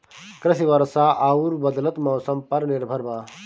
कृषि वर्षा आउर बदलत मौसम पर निर्भर बा